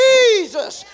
Jesus